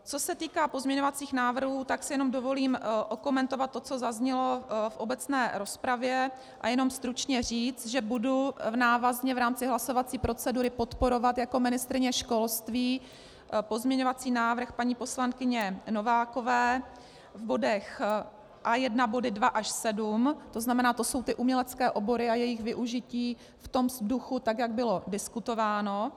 Co se týká pozměňovacích návrhů, dovolím si okomentovat to, co zaznělo v obecné rozpravě, a jenom stručně říct, že budu návazně v rámci hlasovací procedury podporovat jako ministryně školství pozměňovací návrh paní poslankyně Novákové v bodech A1 body 2 až 7, to znamená, to jsou ty umělecké obory a jejich využití v duchu, jak bylo diskutováno.